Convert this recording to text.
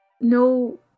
no